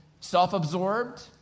self-absorbed